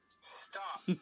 stop